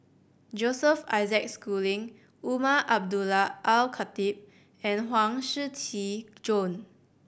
Joseph Isaac Schooling Umar Abdullah Al Khatib and Huang Shiqi Joan